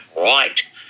right